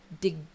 dig